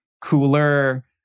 cooler